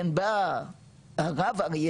בא הרב אריה